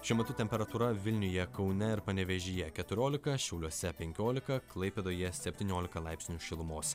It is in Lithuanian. šiuo metu temperatūra vilniuje kaune ir panevėžyje keturiolika šiauliuose penkiolika klaipėdoje septyniolika laipsnių šilumos